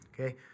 Okay